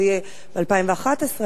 זה יהיה ב-2011,